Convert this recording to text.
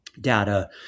data